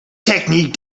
technique